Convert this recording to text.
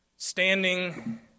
Standing